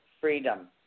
freedom